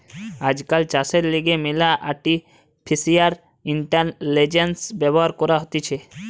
আজকাল চাষের লিগে ম্যালা আর্টিফিশিয়াল ইন্টেলিজেন্স ব্যবহার করা হতিছে